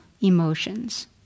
emotions